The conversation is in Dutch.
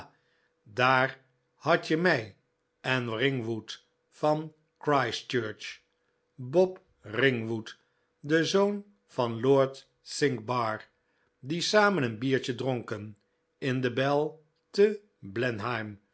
daar had je mij en ringwood van christchurch bob ringwood de zoon van lord cinqbar die samen een biertje dronken in the bell te